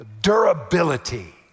durability